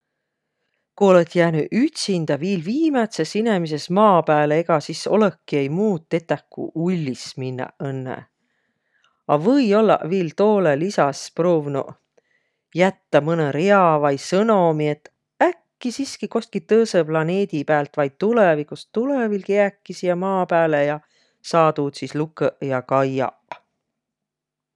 Ku olõt jäänüq ütindä viil viimätses inemises Maa pääle, egaq sis olõki-i muud tetäq, ku ullis minnäq õnnõ. A või-ollaq viil toolõ lisas pruuvnuq jättäq mõnõ ria vai sõnomi, et äkki siski kostki tõõsõ planeedi päält vai tulõvigust tulõ viil kiäki siiäq Maa pääle ja saa tuud sis lukõq ja kaiaq.